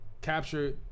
capture